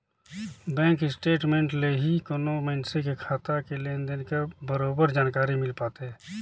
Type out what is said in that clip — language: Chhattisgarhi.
बेंक स्टेट मेंट ले ही कोनो मइनसे के खाता के लेन देन कर बरोबर जानकारी मिल पाथे